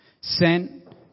sent